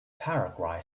paraguay